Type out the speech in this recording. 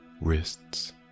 wrists